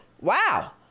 Wow